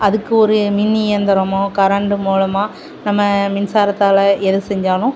அதுக்கு ஒரு மின் இயந்தரம் கரண்டு மூலமாக நம்ம மின்சாரத்தால் எது செஞ்சாலும்